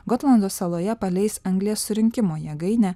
gotlando saloje paleis anglies surinkimo jėgainę